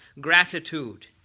gratitude